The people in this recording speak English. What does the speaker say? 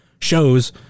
shows